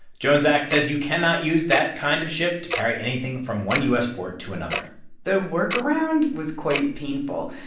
jones act says you cannot use that kind of ship to carry anything from one u s. port to another the workaround was quite painful.